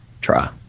try